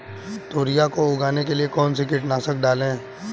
तोरियां को उगाने के लिये कौन सी कीटनाशक डालें?